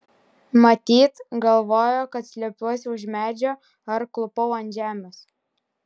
matyt galvojo kad slepiuosi už medžio ar klūpau ant žemės